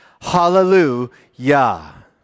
Hallelujah